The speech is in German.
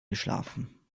geschlafen